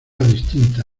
distinta